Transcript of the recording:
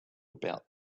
about